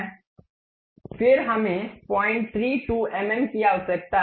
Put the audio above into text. फिर हमें 032 एमएम की आवश्यकता है